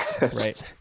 Right